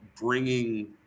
bringing